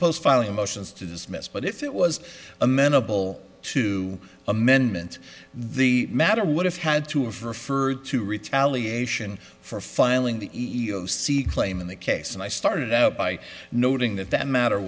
post filing motions to dismiss but if it was amenable to amendment the matter would have had to have referred to retaliation for filing the e e o c claim in the case and i started out by noting that that matter